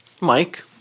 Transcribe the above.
Mike